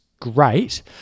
great